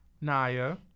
Naya